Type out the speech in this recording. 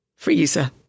Freezer